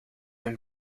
een